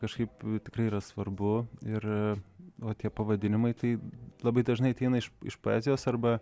kažkaip tikrai yra svarbu ir o tie pavadinimai tai labai dažnai ateina iš iš poezijos arba